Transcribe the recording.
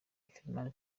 afrifame